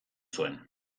zuen